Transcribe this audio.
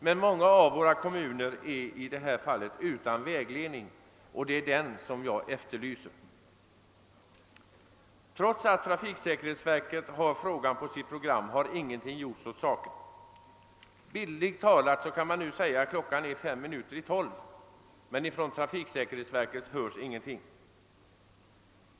Men många av våra kommuner är i detta fall utan vägledning. Det är en sådan jag efterlyser. Trots att trafiksäkerhetsverket har frågan på sitt program har ingenting gjorts åt saken. Bildligt talat kan man säga att klockan nu är fem minuter i 12. Men från trafiksäkerhetsverket hörs ingenting.